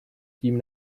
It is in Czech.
tím